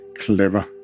clever